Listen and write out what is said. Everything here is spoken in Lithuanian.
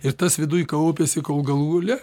ir tas viduj kaupiasi kol galų gale